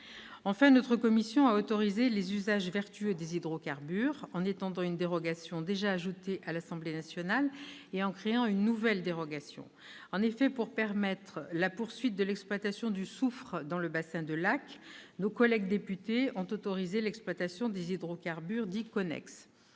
Enfin, notre commission a autorisé les usages vertueux des hydrocarbures en étendant une dérogation déjà ajoutée à l'Assemblée nationale et en créant une nouvelle dérogation. En effet, pour permettre la poursuite de l'exploitation du soufre dans le bassin de Lacq, nos collègues députés ont autorisé l'exploitation des hydrocarbures dits « connexes